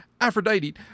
Aphrodite